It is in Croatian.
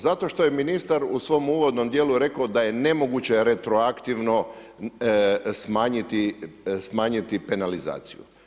Zato što je ministar u svom uvodnom dijelu rekao da je nemoguće retroaktivno smanjiti penalizaciju.